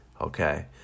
Okay